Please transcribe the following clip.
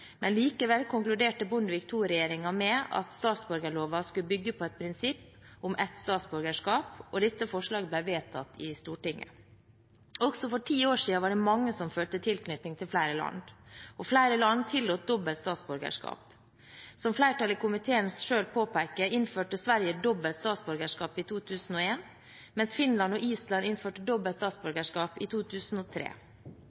men likevel konkluderte Bondevik II-regjeringen med at statsborgerloven skulle bygge på et prinsipp om ett statsborgerskap, og dette forslaget ble vedtatt i Stortinget. Også for ti år siden var det mange som følte tilknytning til flere land, og flere land tillot dobbelt statsborgerskap. Som flertallet i komiteen selv påpeker, innførte Sverige dobbelt statsborgerskap i 2001, mens Finland og Island innførte dobbelt